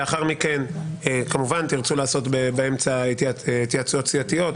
לאחר מכן תרצו לעשות באמצע התייעצויות סיעתיות,